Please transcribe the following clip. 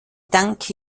danke